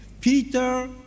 Peter